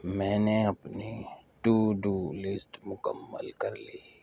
میں نے اپنی ٹو ڈو لسٹ مکمل کر لی